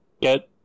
get